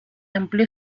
amplió